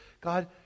God